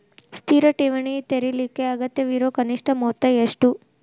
ಸ್ಥಿರ ಠೇವಣಿ ತೆರೇಲಿಕ್ಕೆ ಅಗತ್ಯವಿರೋ ಕನಿಷ್ಠ ಮೊತ್ತ ಎಷ್ಟು?